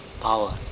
power